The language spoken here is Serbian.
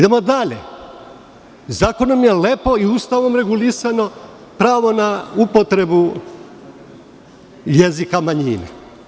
Dalje, zakonom je lepo i Ustavom regulisano pravo na upotrebu jezika manjina.